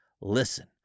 listen